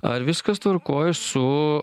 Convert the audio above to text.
ar viskas tvarkoj su